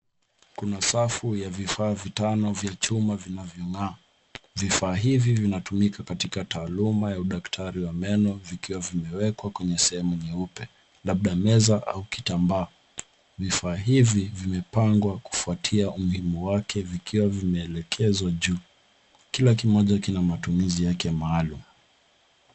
Kuna safu ya vifaa vitano cha chuma vinavyong'aa. Vifaa hivi vinatumika katika taaluma ya udaktari wa meno vikiwa vimewekwa kwenye sehemu nyeupe labda meza au kitambaa. Vifaa hivi vimepangwa kufuatia umuhimu wake vikiwa vimeelekezwa juu. Kila kimoja kina matumizi yake maalum.